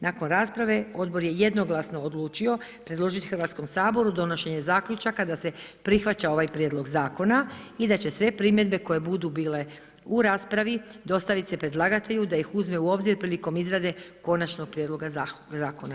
Nakon rasprave odbor je jednoglasno odlučio predložiti Hrvatskom saboru donošenje zaključaka da se prihvaća ovaj prijedlog zakona i da će sve primjedbe koje budu bile u raspravi dostavit se predlagatelju da ih uzme u obzir prilikom izrade konačnog prijedloga zakona.